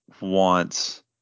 wants